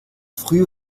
frühe